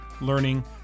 learning